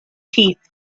teeth